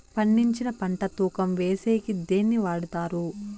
పండించిన పంట తూకం వేసేకి దేన్ని వాడతారు?